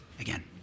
again